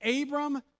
Abram